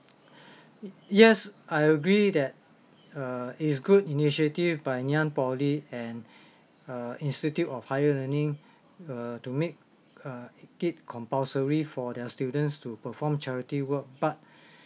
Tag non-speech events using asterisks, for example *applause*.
*breath* yes I agree that uh is good initiative by ngee ann poly and uh institute of higher learning uh to make uh it compulsory for their students to perform charity work but